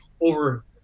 over